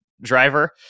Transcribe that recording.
driver